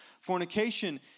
Fornication